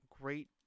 Great